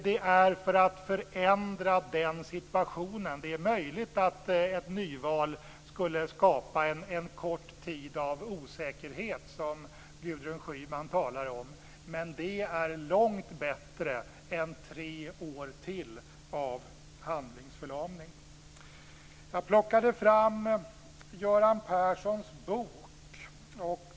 Det är möjligt att ett nyval skulle skapa en kort tid av osäkerhet, som Gudrun Schyman talar om, men det är långt bättre än tre år till av handlingsförlamning. Jag har plockat fram Göran Perssons bok.